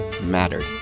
mattered